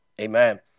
Amen